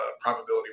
probability